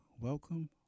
welcome